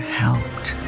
helped